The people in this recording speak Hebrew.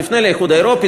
תפנה לאיחוד האירופי,